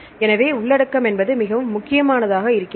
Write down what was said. எனவே உள்ளடக்கம் என்பது மிகவும் முக்கியமானதாக இருக்கிறது